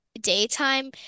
daytime